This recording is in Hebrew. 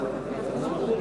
כן.